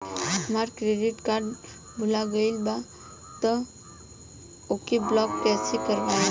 हमार credit card भुला गएल बा त ओके ब्लॉक कइसे करवाई?